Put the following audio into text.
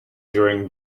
during